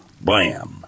Blam